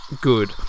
good